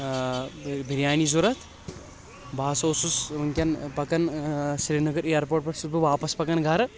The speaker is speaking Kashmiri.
بریانی ضروٗرت بہٕ ہسا اوسُس ؤنۍ کٮ۪ن پکان سرینگر ایرپوٹ پٮ۪ٹھ چھُس بہٕ واپس پکان گرٕ